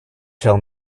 shall